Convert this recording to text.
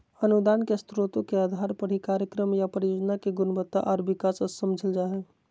अनुदान के स्रोत के आधार पर ही कार्यक्रम या परियोजना के गुणवत्ता आर विकास समझल जा हय